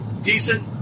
Decent